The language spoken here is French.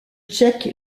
tchèque